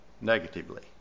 negatively